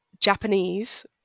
Japanese